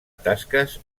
tasques